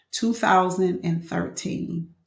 2013